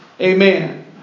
Amen